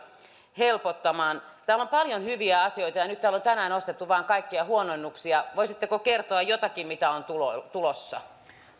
helpottamaan täällä on paljon hyviä asioita ja ja nyt täällä on tänään nostettu vain kaikkia huononnuksia voisitteko kertoa jotakin mitä on tulossa